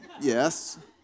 Yes